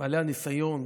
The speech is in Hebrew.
בעלי הניסיון,